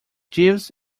jeeves